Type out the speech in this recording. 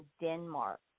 Denmark